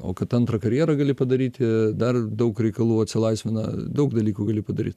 o kad antrą karjerą gali padaryti dar daug reikalų atsilaisvina daug dalykų gali padaryt